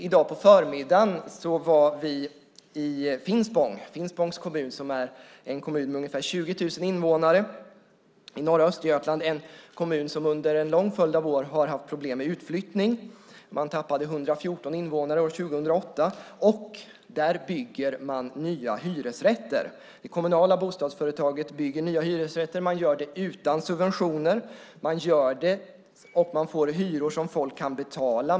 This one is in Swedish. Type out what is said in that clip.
I dag på förmiddagen var vi i Finspångs kommun, en kommun med ungefär 20 000 invånare i norra Östergötland. Den har under en lång följd av år haft problem med utflyttning. Man tappade 114 invånare år 2008. Där bygger man nya hyresrätter. Det kommunala bostadsföretaget bygger nya hyresrätter. Man gör det utan subventioner. Och det är till hyror som folk kan betala.